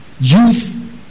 Youth